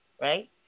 right